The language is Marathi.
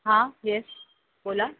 हां येस बोला